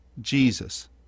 Jesus